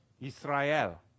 Israel